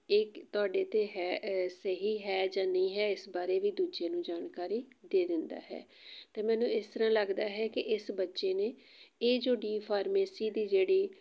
ਇੱਕ ਤੁਹਾਡੇ 'ਤੇ ਹੈ ਸਹੀ ਹੈ ਜਾਂ ਨਹੀਂ ਹੈ ਇਸ ਬਾਰੇ ਵੀ ਦੂਜੇ ਨੂੰ ਜਾਣਕਾਰੀ ਦੇ ਦਿੰਦਾ ਹੈ ਅਤੇ ਮੈਨੂੰ ਇਸ ਤਰ੍ਹਾਂ ਲੱਗਦਾ ਹੈ ਕਿ ਇਸ ਬੱਚੇ ਨੇ ਇਹ ਜੋ ਡੀ ਫਾਰਮੇਸੀ ਦੀ ਜਿਹੜੀ